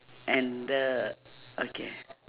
and the okay